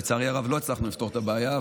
לצערי הרב, לא הצלחנו לפתור את הבעיה.